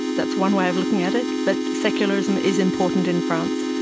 that's one way of looking at it, but secularism is important in france,